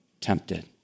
tempted